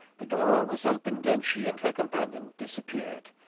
the door was opened, and she and her companion disappeared.